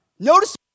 notice